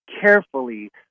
carefully